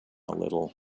little